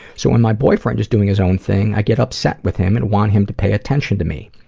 so when my boyfriend is doing his own thing, i get upset with him and want him to pay attention to me.